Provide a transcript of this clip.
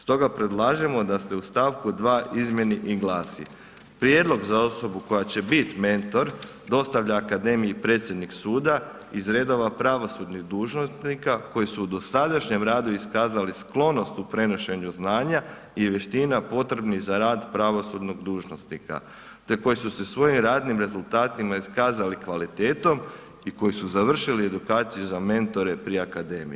Stoga predlažemo da se u st. 2 izmjeni i glasi, prijedlog za osobu koja će biti mentor, dostavlja akademiji predsjednik suda iz redova pravosudnih dužnosnika koji su u dosadašnjem radu iskazali sklonost u prenošenju znanja i vještina potrebnih za rad pravosudnog dužnosnika te koji su sa svojim radnim rezultatima iskazali kvalitetom i koji su završili edukaciju za mentore pri akademiji.